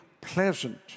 pleasant